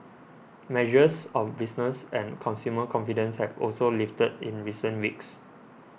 measures of business and consumer confidence have also lifted in recent weeks